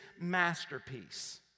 masterpiece